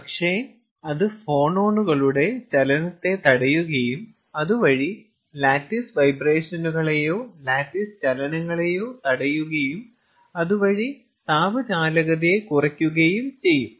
പക്ഷേ അത് ഫോണോണുകളുടെ ചലനത്തെ തടയുകയും അതുവഴി ലാറ്റിസ് വൈബ്രേഷനുകളെയോ ലാറ്റിസ് ചലനങ്ങളെയോ തടയുകയും അതുവഴി താപ ചാലകതയെ കുറക്കുകയും ചെയ്യും